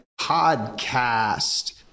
podcast